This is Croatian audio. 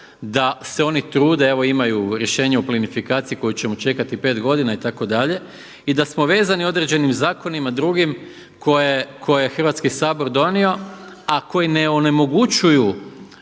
da se oni trude, evo imaju rješenje o plinifikaciji koju ćemo čekati 5 godina itd., i da smo vezani određenim zakonima drugim koje je Hrvatski sabor donio a koje ne onemogućuju